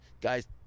guys